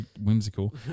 whimsical